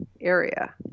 area